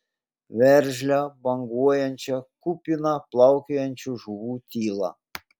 veržlią banguojančią kupiną plaukiojančių žuvų tylą